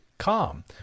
Calm